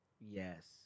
yes